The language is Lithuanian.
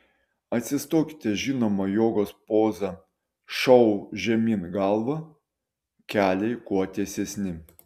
atsistokite žinoma jogos poza šou žemyn galva keliai kuo tiesesni